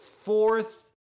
fourth